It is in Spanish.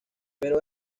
pero